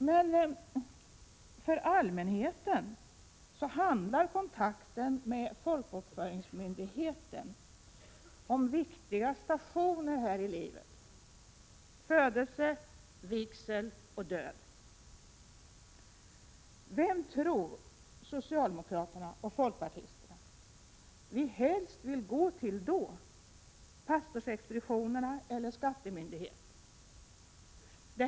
Men för allmänheten handlar kontakten med folkbokföringsmyndigheten om viktiga stationer här i livet: födelse, vigsel och död. Vem tror socialdemokraterna och folkpartisterna att vi helst vill gå till då — pastorsexpeditionerna eller skattemyndigheterna?